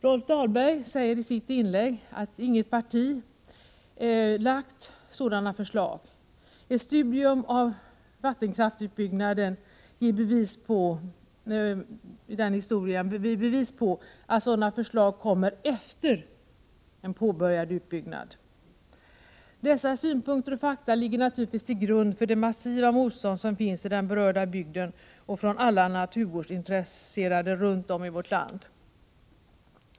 Rolf Dahlberg sade i sitt inlägg att inget parti lagt fram sådana förslag. Ett studium av vattenkraftsutbyggnaden ger bevis på att sådana förslag kommer efter en påbörjad utbyggnad. Dessa synpunkter och fakta ligger naturligtvis till grund för det massiva motstånd som finns i den berörda bygden och från alla naturvårdsintressera de runt om i vårt land.